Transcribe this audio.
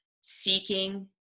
seeking